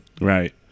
Right